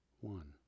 one